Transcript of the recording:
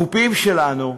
החופים שלנו,